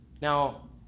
Now